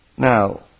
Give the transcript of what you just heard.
Now